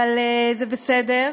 אבל זה בסדר,